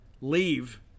leave